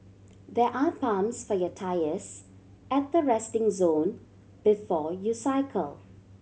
there are pumps for your tyres at the resting zone before you cycle